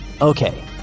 Okay